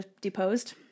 deposed